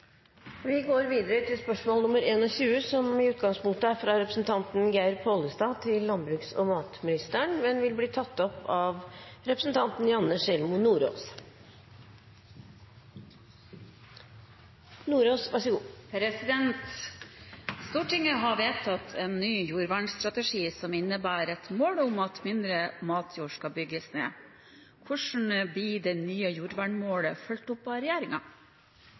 som i utgangspunktet er fra representanten Geir Pollestad til landbruks- og matministeren, vil bli tatt opp av representanten Janne Sjelmo Nordås. «Stortinget har vedtatt en ny jordvernstrategi som innebærer et mål om at mindre matjord skal bygges ned. Hvordan blir det nye jordvernmålet fulgt opp av regjeringen?» Regjeringa